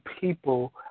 people